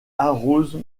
arrose